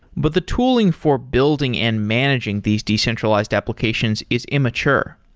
but the tooling for building and managing these decentralized applications is immature.